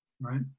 right